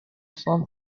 some